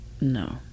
No